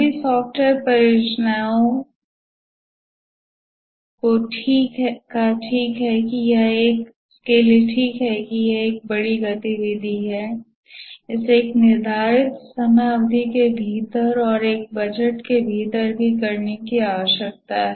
सभी सॉफ्टवेयर परियोजनाओं ठीक है कि यह एक बड़ी गतिविधि है इसे एक निर्धारित समय अवधि के भीतर और एक बजट के भीतर भी करने की आवश्यकता है